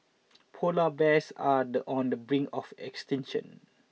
polar bears are the on the brink of extinction